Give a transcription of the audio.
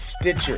Stitcher